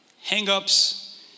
hang-ups